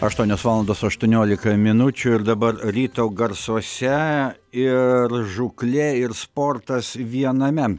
aštuonios valandos aštuoniolika minučių ir dabar ryto garsuose ir žūklė ir sportas viename